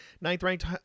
Ninth-ranked